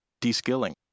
de-skilling